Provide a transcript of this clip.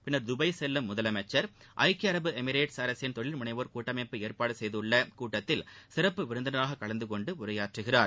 பின்னா் தபாய் செல்லும் முதலமைச்சா் தக்கிய அரபு எமிரேட்ஸ் அரசின் தொழில் முனைவோா் கூட்டமைப்பு ஏற்பாடு செய்துள்ள கூட்டத்தில் சிறப்பு விருந்தினராக கலந்து கொண்டு உரையாற்றுகிறார்